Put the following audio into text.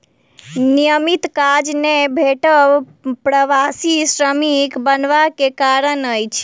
नियमित काज नै भेटब प्रवासी श्रमिक बनबा के कारण अछि